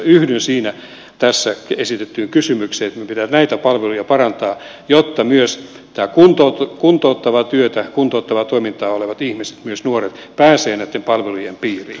yhdyn siinä tässä esitettyyn kysymykseen että näitä palveluja pitää parantaa jotta myös kuntouttavaa työtä kuntouttavaa toimintaa vailla olevat ihmiset myös nuoret pääsevät näitten palvelujen piiriin